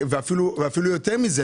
ואפילו יותר מזה,